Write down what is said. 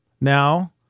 now